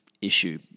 Issue